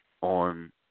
on